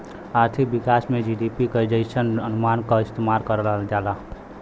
आर्थिक विकास में जी.डी.पी जइसन अनुमान क इस्तेमाल करल जाला